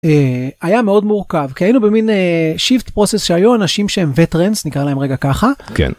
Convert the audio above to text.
היה מאוד מורכב כי היינו במין שיפט פרוסס שהיו אנשים שהם וטרנס, נקרא להם רגע ככה. כן